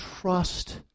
trust